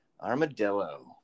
armadillo